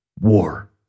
war